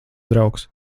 draugs